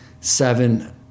seven